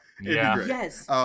yes